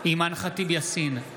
אימאן ח'טיב יאסין,